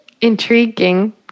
Intriguing